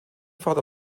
vater